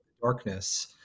darkness